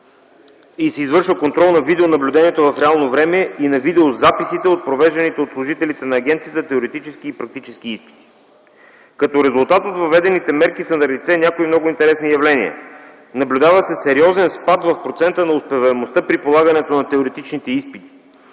и се извършва контрол на видеонаблюдението в реално време и на видеозаписите от провежданите от служителите на агенцията теоретически и практически изпити. Като резултат от въведените мерки са налице някои много интересни явления. Наблюдава се сериозен спад в процента на успеваемостта при полагането на теоретичните изпити,